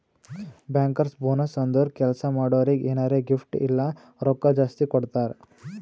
bankers bonus ಅಂದುರ್ ಕೆಲ್ಸಾ ಮಾಡೋರಿಗ್ ಎನಾರೇ ಗಿಫ್ಟ್ ಇಲ್ಲ ರೊಕ್ಕಾ ಜಾಸ್ತಿ ಕೊಡ್ತಾರ್